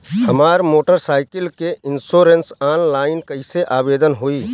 हमार motor cycle के insurance online कईसे आवेदन होई?